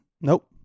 Nope